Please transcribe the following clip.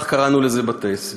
כך קראנו לזה בטייסת.